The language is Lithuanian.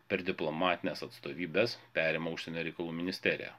per diplomatines atstovybes perima užsienio reikalų ministerija